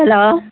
hello